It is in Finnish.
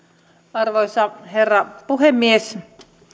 arvoisa herra puhemies